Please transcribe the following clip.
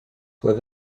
soit